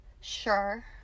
Sure